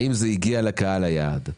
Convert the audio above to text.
האם זה הגיע לקהל היעד?